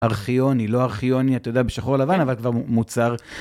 ארכיוני, לא ארכיוני, אתה יודע, בשחור לבן, אבל כבר מוצר.